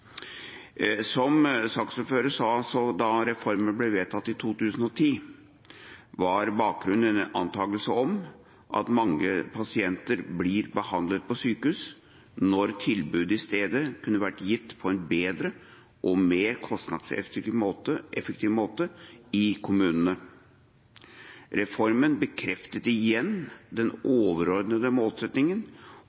Som saksordføreren sa: Da reformen ble vedtatt i 2010, var bakgrunnen en antakelse om at mange pasienter ble behandlet på sykehus når tilbudet i stedet kunne vært gitt på en bedre og mer kostnadseffektiv måte i kommunene. Reformen bekreftet igjen den